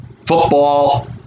football